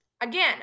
again